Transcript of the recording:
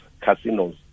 casinos